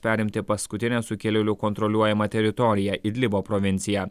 perimti paskutinę sukilėlių kontroliuojamą teritoriją idlibo provinciją